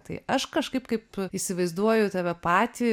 tai aš kažkaip kaip įsivaizduoju tave patį